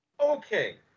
Okay